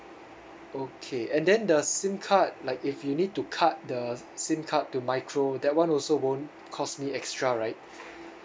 okay and then the SIM card like if you need to cut the SIM card to micro that [one] also won't cost me extra right